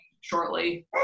shortly